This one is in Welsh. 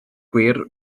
gwir